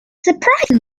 surprised